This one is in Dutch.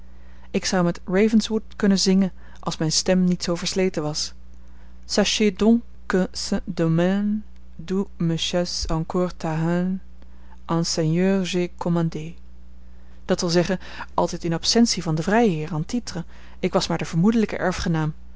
ik zou met ravenswood kunnen zingen als mijn stem niet zoo versleten was sachez donc qu'en ce domaine d'où me chasse encore ta haine en seigneur j'ai commandé dat wil zeggen altijd in absentie van den vrijheer en titre ik was maar de vermoedelijke